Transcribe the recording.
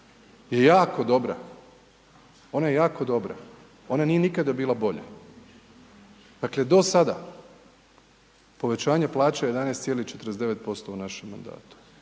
je jako dobra. Ona je jako dobra, ona nije nikada bila bolja. Dakle do sada, povećanje plaće 11,49% u našem mandatu.